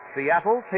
Seattle